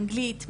אנגלית,